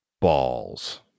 balls